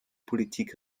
politik